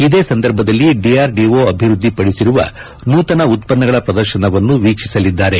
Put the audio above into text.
ಇದೇ ಸಂದರ್ಭದಲ್ಲಿ ಡಿಆರ್ಡಿಒ ಅಭಿವ್ವದ್ದಿಪದಿಸಿರುವ ನೂತನ ಉತ್ಪನ್ನಗಳ ಪ್ರದರ್ಶನವನ್ನು ವೀಕ್ಷಿಸಲಿದ್ದಾರೆ